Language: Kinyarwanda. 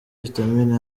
vitamine